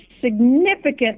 significant